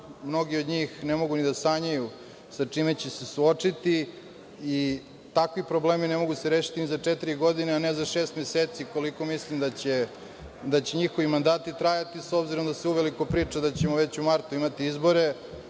Mnogi od njih ne mogu ni da sanjaju sa čime će se suočiti i takvi problemi ne mogu se rešiti ni za četiri godine, a ne za šest meseci koliko mislim da će njihovi mandati trajati, s obzirom, da se uveliko priča da ćemo već u martu imati izbore,